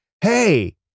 hey